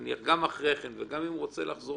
נניח גם אחרי כן וגם אם הוא רוצה לחזור